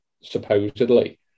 supposedly